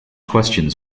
questions